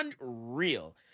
Unreal